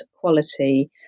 quality